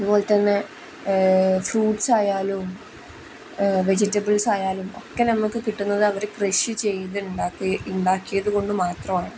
അതുപോലെത്തന്നെ ഫ്രൂട്ട്സായാലും വെജിറ്റബിൾസായാലും ഒക്കെ നമുക്ക് കിട്ടുന്നത് അവർ കൃഷി ചെയ്തുണ്ടാക്കുക ഉണ്ടാക്കിയത് കൊണ്ട് മാത്രമാണ്